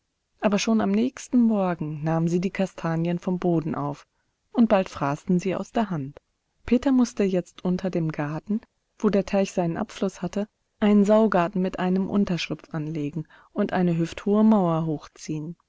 aber schon am nächsten morgen nahmen sie die kastanien vom boden auf und bald fraßen sie aus der hand peter mußte jetzt unter dem garten wo der teich seinen abfluß hatte einen saugarten mit einem unterschlupf anlegen und eine hüfthohe mauer hochziehen